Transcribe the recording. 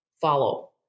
follow